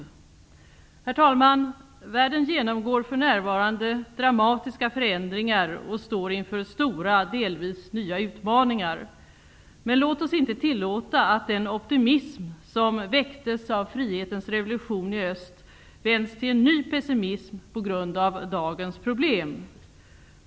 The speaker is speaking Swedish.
Herr talman! Världen genomgår för närvarande dramatiska förändringar och står inför stora, delvis nya utmaningar. Men låt oss inte tillåta att den optimism som väcktes av frihetens revolution i öst vänds till en ny pessimism på grund av dagens problem.